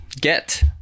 get